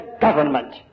government